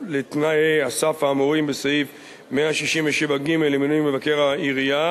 לתנאי הסף האמורים בסעיף 167(ג) למינוי מבקר העירייה